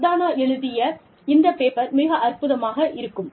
சர்தானா எழுதியா இந்த பேப்பர் மிக அற்புதமாக இருக்கும்